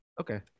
Okay